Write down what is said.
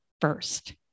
first